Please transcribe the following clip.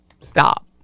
stop